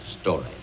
story